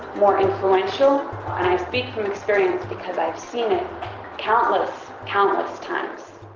more influential. and i speak from experience because i've seen it countless, countless times